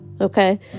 Okay